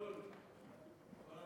ההצעה